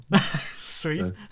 sweet